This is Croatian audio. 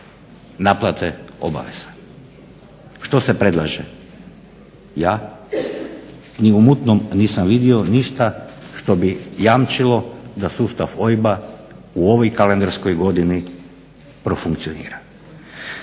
naplate obaveza? Što se predlaže? Ja ni u mutnom nisam vidio ništa što bi jamčilo da sustav OIB-a u ovoj kalendarskoj godini profunkcionira.